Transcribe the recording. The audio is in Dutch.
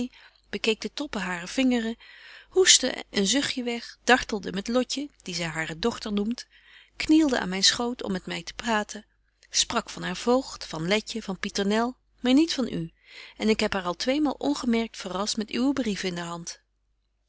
bekeek de toppen harer vingeren hoeste een zuchtje weg dartelde met lotje die zy hare dochter noemt knielde aan myn schoot om met my te praten sprak van haar voogd van letje van pieternel maar niet van u en ik heb haar al tweemaal ongemerkt verrascht met uwen brief in de hand